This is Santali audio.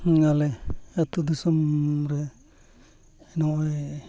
ᱟᱞᱮ ᱟᱹᱛᱩ ᱫᱤᱥᱚᱢ ᱨᱮ ᱱᱚᱜᱼᱚᱭ